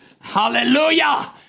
hallelujah